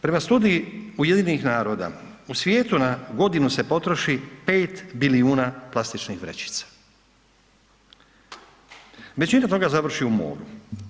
Prema studiji UN-a u svijetu na godinu se potroši 5 bilijuna plastičnih vrećica, većinu toga završi u moru.